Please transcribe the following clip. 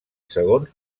segons